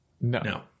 No